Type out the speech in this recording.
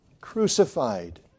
crucified